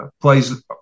plays